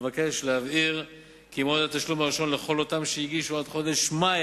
אבקש להבהיר כי מועד התשלום הראשון לכל אותם שהגישו עד חודש מאי